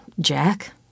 Jack